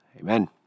Amen